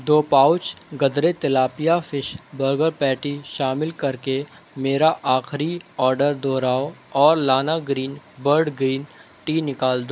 دو pouch Gadre tilapia fish burger patty شامل کر کے میرا آخری آڈر دوہراؤ اور لانا گرین برڈ گرین ٹی نکال دو